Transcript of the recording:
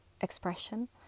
expression